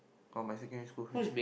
got my secondary school friend